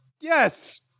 Yes